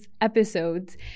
episodes